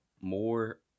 more